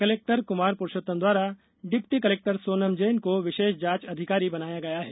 collector Kumar Purushottam द्वारा deputy collector Sonam Jain को विशेष जांच अधिकारी बनाया गया है